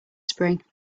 spring